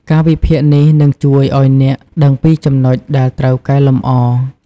ការវិភាគនេះនឹងជួយឲ្យអ្នកដឹងពីចំណុចដែលត្រូវកែលម្អ។